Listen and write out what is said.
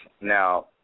Now